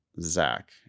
Zach